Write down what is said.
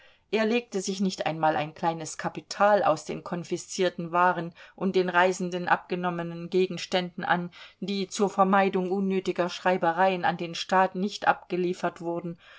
er legte sich nicht einmal ein kleines kapital aus den konfiszierten waren und den den reisenden abgenommenen gegenständen an die zur vermeidung unnötiger schreibereien an den staat nicht abgeliefert wurden